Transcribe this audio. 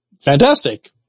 fantastic